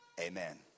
amen